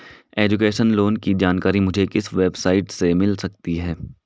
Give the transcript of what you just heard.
Education loan की जानकारी मुझे किस वेबसाइट से मिल सकती है?